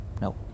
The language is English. No